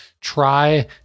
try